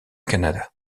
canada